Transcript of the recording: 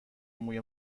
موی